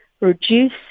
reduce